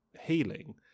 healing